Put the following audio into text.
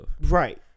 Right